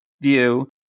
view